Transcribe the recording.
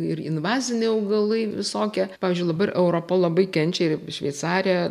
ir invaziniai augalai visokie pavyzdžiui dabar europa labai kenčia ir šveicarija